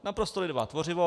Naprosto lidová tvořivost.